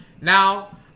Now